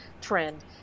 trend